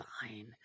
fine